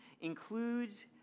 includes